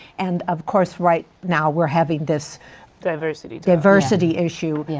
and, of course, right now we're having this diversity diversity issue. yeah